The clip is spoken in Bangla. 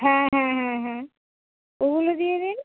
হ্যাঁ হ্যাঁ হ্যাঁ হ্যাঁ ওগুলো দিয়ে দিন